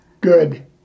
Good